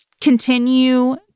continue